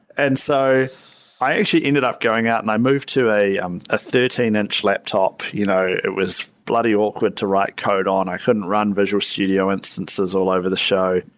and so i actually ended going out and i moved to a um ah thirteen inch laptop. you know it was bloody eloquent to write code on. i couldn't run visual studio instances all over the show,